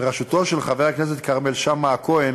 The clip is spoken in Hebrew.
בראשותו של חבר הכנסת כרמל שאמה-הכהן,